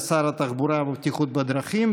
שר התחבורה והבטיחות בדרכים,